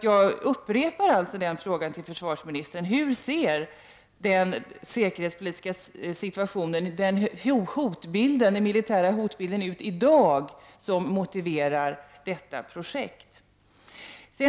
Jag upprepar frågan till försvarsministern: Hur ser den säkerhetspolitiska situation, den militära hotbild som motiverar detta projekt ut i dag?